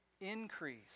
Increase